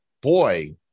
boy